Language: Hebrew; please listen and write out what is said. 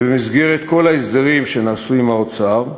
ובמסגרת כל ההסדרים שנעשו עם האוצר,